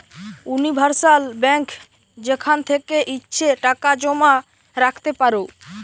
universal bank যেখান থেকে ইচ্ছে টাকা জমা রাখতে পারো